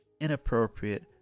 inappropriate